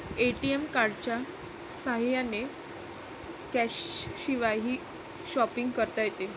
ATM कार्डच्या साह्याने कॅशशिवायही शॉपिंग करता येते